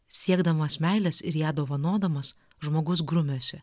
siekdamas meilės ir ją dovanodamas žmogus grumiasi